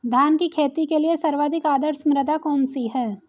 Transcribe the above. धान की खेती के लिए सर्वाधिक आदर्श मृदा कौन सी है?